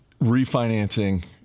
refinancing